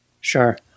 sure